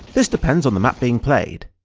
this depends on the map being played.